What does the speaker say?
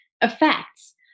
effects